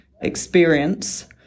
experience